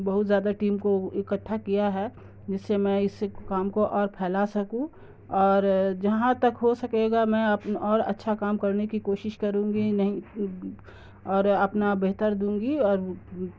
بہت زیادہ ٹیم کو اکٹھا کیا ہے جس سے میں اس کام کو اور پھیلا سکوں اور جہاں تک ہو سکے گا میں اور اچھا کام کرنے کی کوشش کروں گی نہیں اور اپنا بہتر دوں گی اور